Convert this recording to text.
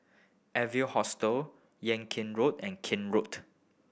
Evans Hostel Yung Kuang Road and Kent Road